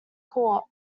court